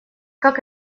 как